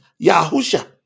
Yahusha